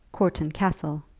courton castle.